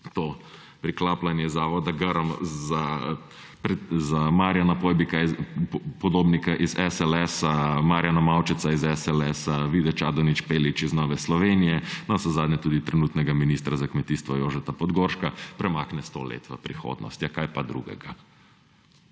to priklapljanje zavoda Grm za Marjana Podobnika iz SLS, Marjana Maučeca iz SLS, Vide Čadonič Špelič iz Nove Slovenije, navsezadnje tudi trenutnega ministra za kmetijstvo Jožeta Podgorška premakne sto let v prihodnost. Ja, kaj pa drugega?